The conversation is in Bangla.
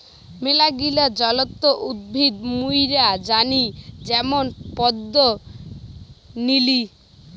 মেলাগিলা জলজ উদ্ভিদ মুইরা জানি যেমন পদ্ম, নিলি